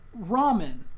ramen